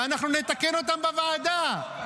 ואנחנו נתקן אותם בוועדה,